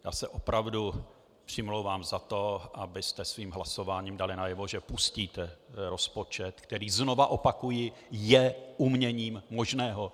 Já se opravdu přimlouvám za to, abyste svým hlasováním dali najevo, že pustíte rozpočet, který, znovu opakuji, je uměním možného.